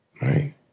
right